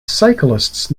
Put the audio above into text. cyclists